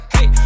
Hey